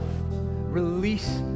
release